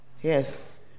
yes